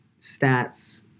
stats